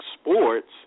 sports